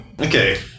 Okay